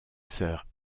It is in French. sœurs